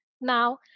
now